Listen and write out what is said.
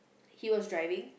he was driving